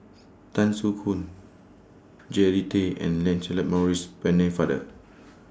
Tan Soo Khoon Jean Tay and Lancelot Maurice Pennefather